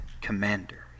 commander